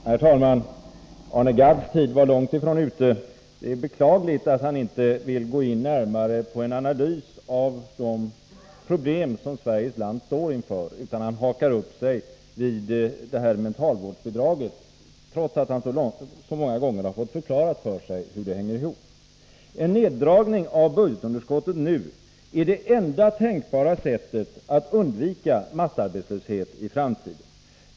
Herr talman! Arne Gadds tid var långt ifrån slut. Det är beklagligt att han inte vill gå in närmare på en analys av de problem som Sverige står inför utan hakar upp sig på mentalvårdsbidraget, trots att han så många gånger har fått förklarat för sig hur det hänger ihop med den saken. En neddragning av budgetunderskottet nu är det enda tänkbara sättet att undvika massarbetslöshet i framtiden.